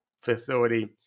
facility